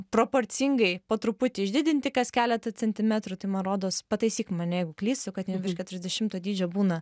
proporcingai po truputį išdidinti kas keletą centimetrų man rodos pataisyk mane jeigu klystu kad jie virš keturiasdešimto dydžio būna